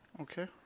Okay